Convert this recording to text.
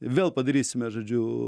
vėl padarysime žodžiu